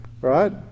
right